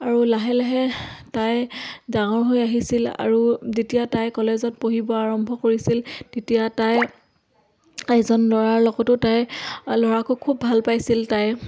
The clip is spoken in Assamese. আৰু লাহে লাহে তাই ডাঙৰ হৈ আহিছিল আৰু যেতিয়া তাই কলেজত পঢ়িব আৰম্ভ কৰিছিল তেতিয়া তাই এজন ল'ৰাৰ লগতো তাই ল'ৰাকো খুব ভাল পাইছিল তাই